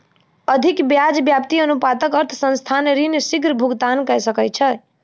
अधिक ब्याज व्याप्ति अनुपातक अर्थ संस्थान ऋण शीग्र भुगतान कय सकैछ